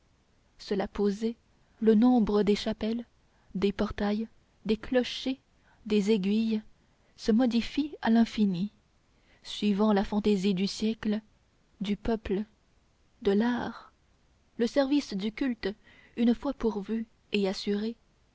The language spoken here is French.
cela posé le nombre des chapelles des portails des clochers des aiguilles se modifie à l'infini suivant la fantaisie du siècle du peuple de l'art le service du culte une fois pourvu et assuré